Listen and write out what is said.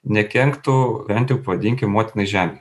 nekenktų bent jau pavadinkim motinai žemei